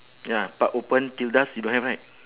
ya park open till dusk you don't have right